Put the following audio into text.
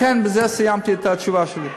לכן בזה סיימתי את התשובה שלי.